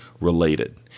related